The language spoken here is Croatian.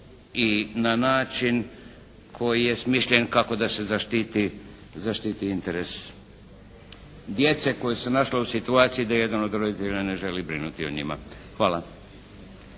i na način koji je smišljen kako da se zaštiti interes djece koja su se našla u situaciji da jedan od roditelja ne želi brinuti o njima. Hvala.